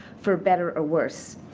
for better or worse.